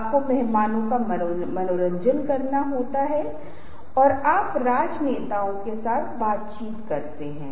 आप किसी चीज़ पर अपना हाथ हल्के से रख सकते हैं